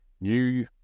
new